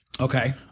Okay